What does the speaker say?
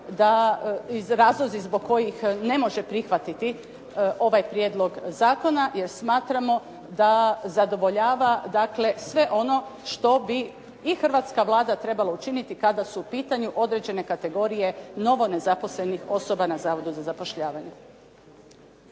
da razlozi zbog kojih ne može prihvatiti ovaj prijedlog zakona jer smatramo da zadovoljava, dakle sve ono što bi i hrvatska Vlada trebala učiniti kada su u pitanju određene kategorije novo nezaposlenih osoba na zavodu za zapošljavanje.